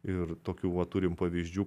ir tokių va turim pavyzdžių